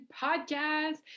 podcast